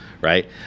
Right